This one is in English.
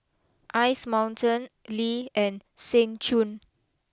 Ice Mountain Lee and Seng Choon